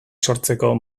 sortzeko